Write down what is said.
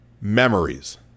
memories